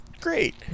Great